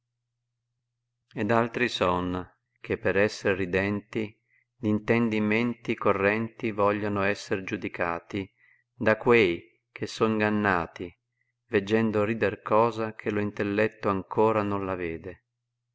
ed altri son che per esser ridenti dmntendimenti gorrenti vogliono esser giudicati da quei che somngannati yeggendo rider cosa ghe lo intelletto ancora non la vede